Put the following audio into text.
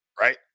Right